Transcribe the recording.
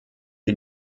wir